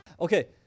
Okay